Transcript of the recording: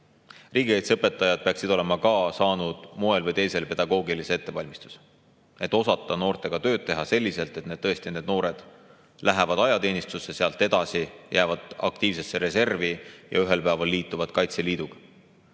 Riigikaitseõpetajad peaksid olema ka saanud moel või teisel pedagoogilise ettevalmistuse, et osata noortega tööd teha selliselt, et need noored tõesti lähevad ajateenistusse, sealt edasi jäävad aktiivsesse reservi ja ühel päeval liituvad Kaitseliiduga.